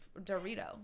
Dorito